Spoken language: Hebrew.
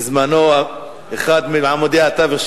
בזמנו אחד מעמודי התווך,